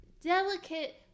delicate